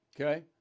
Okay